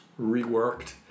reworked